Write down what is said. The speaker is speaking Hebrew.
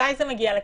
מתי זה מגיע לכנסת?